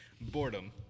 boredom